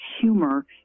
humor